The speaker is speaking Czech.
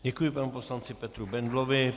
Děkuji panu poslanci Petru Bendlovi.